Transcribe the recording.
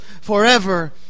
forever